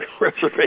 reservation